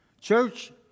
Church